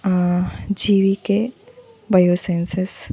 GVK bio sciences